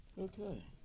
Okay